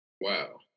Wow